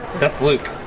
that's luke.